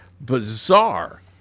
bizarre